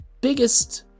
biggest